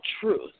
truth